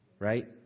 right